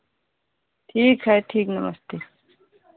ठीक है ठीक नमस्ते